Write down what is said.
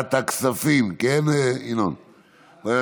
לוועדת הכספים נתקבלה.